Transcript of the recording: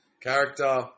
Character